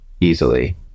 easily